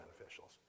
officials